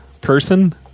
person